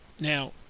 Now